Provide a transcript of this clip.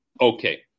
Okay